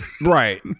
Right